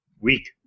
weak